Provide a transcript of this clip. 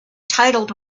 titled